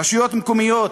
רשויות מקומיות,